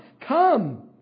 come